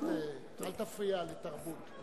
אל תפריע לתרבות.